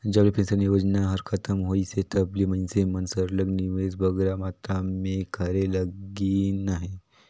जब ले पेंसन योजना हर खतम होइस हे तब ले मइनसे मन सरलग निवेस बगरा मातरा में करे लगिन अहे